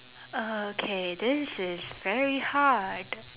okay this is very hard